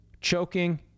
choking